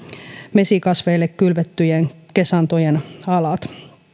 mesikasveille kylvettyjen kesantojen alat